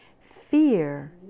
Fear